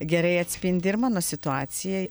gerai atspindi ir mano situacijai